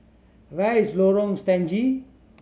where is Lorong Stangee